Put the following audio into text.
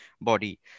body